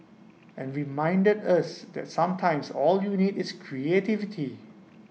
and reminded us that sometimes all you need is creativity